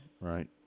right